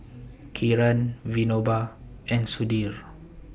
Kiran Vinoba and Sudhir